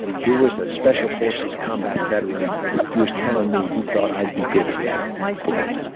here was a special forces combat veteran who was telling me he thought i'd be good for that world.